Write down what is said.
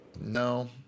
No